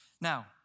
Now